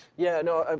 yeah, no,